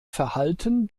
verhalten